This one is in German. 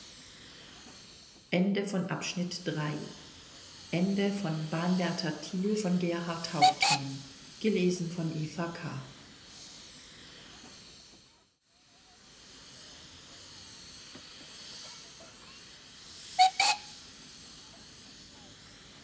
thiel von gerhart hauptmann s